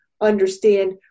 understand